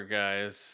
guys